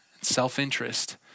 self-interest